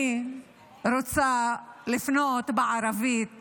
אני רוצה לפנות בערבית